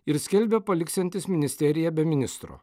ir skelbia paliksiantis ministeriją be ministro